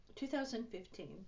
2015